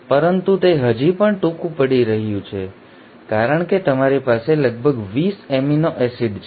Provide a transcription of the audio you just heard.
પરંતુ તે હજી પણ ટૂંકું પડી રહ્યું છે કારણ કે તમારી પાસે લગભગ ૨૦ એમિનો એસિડ છે